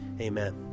Amen